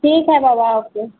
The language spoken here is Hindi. ठीक है बाबा ओके